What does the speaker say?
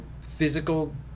physical